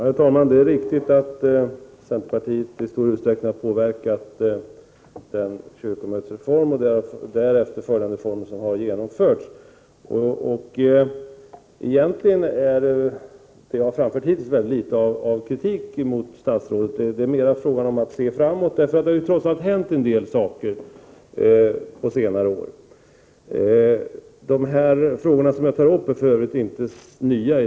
Herr talman! Det är riktigt att centerpartiet i stor utsträckning har påverkat denna kyrkomötesreform och följande reformer som har genomförts. Det är egentligen mycket litet av kritik mot statsrådet i det som jag hittills har framfört. Det är mer fråga om att man måste se framåt, eftersom det trots allt har hänt en del saker på senare år. De frågor som jag tar upp i denna debatt är för övrigt inte nya.